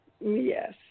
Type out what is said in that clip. Yes